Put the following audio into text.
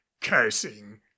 cursing